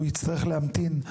הוא יצטרך להמתין.